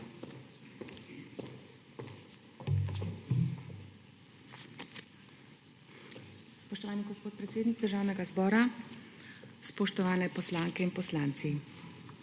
Spoštovani gospod predsednik Državnega zbora, spoštovani poslanke in poslanci!